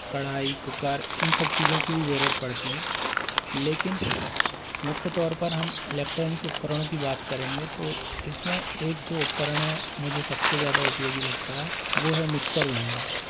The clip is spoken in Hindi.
कढ़ाई कुकर इन सब चीज़ों की भी ज़रूरत पड़ती है लेकिन मुख्य तौर पर हम इलेक्ट्रॉनिक उपकरणों की बात करेंगे तो इस में एक जो उपकरण है मुझे सब से ज़्यादा उपयोगी लगता है वो है मिक्सर ग्राइंडर